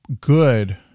good